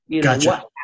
Gotcha